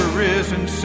risen